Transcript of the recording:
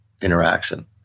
interaction